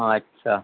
আচ্ছা